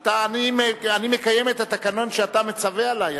אני מקיים את התקנון שאתה מצווה עלי.